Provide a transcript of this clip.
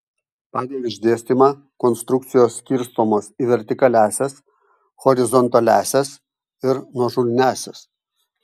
pagal išdėstymą konstrukcijos skirstomos į vertikaliąsias horizontaliąsias ir nuožulniąsias